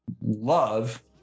love